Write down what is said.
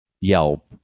Yelp